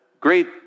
great